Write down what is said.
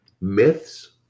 myths